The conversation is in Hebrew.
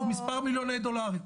הוא מספר מיליוני דולרים.